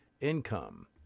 income